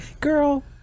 girl